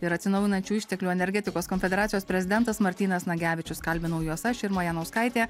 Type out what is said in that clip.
ir atsinaujinančių išteklių energetikos konfederacijos prezidentas martynas nagevičius kalbinau juos aš irma janauskaitė